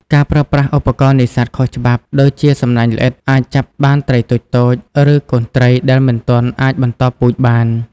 ការប្រើប្រាស់ឧបករណ៍នេសាទខុសច្បាប់ ដូចជាសំណាញ់ល្អិត អាចចាប់បានត្រីតូចៗ ឬកូនត្រីដែលមិនទាន់អាចបន្តពូជបាន។